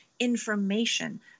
information